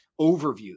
overview